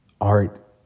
art